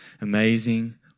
amazing